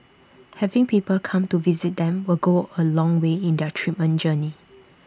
having people come to visit them will go A long way in their treatment journey